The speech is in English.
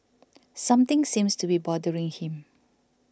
something seems to be bothering him